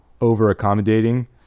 over-accommodating